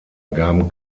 gaben